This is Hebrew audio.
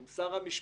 עם שר המשפטים,